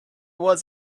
was